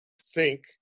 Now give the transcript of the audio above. sink